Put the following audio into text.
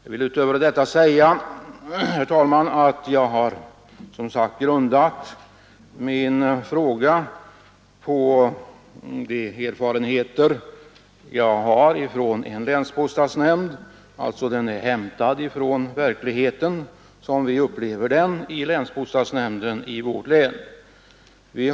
Utöver detta vill jag säga, herr talman, att jag har grundat min fråga på de erfarenheter jag har från en länsbostadsnämnd. Bakgrundsmaterialet är alltså hämtat från verkligheten som vi upplever den i länsbostadsnämnden i vårt län.